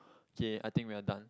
okay I think we are done